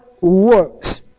works